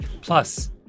Plus